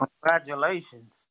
congratulations